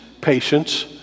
patience